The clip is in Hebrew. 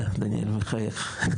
דניאל מחייך,